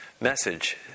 message